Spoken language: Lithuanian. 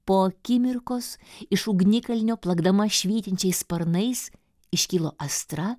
po akimirkos iš ugnikalnio plakdama švytinčiais sparnais iškilo astra